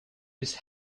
this